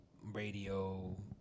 radio